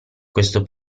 questo